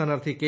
സ്ഥാനാർത്ഥി കെ